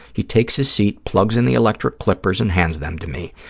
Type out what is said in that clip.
he takes his seat, plugs in the electric clippers and hands them to me.